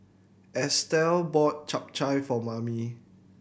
Estel bought Chap Chai for Mamie